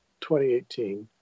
2018